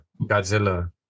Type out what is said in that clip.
Godzilla